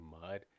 mud